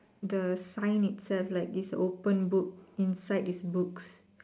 the sign itself like this open book inside is books